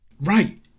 Right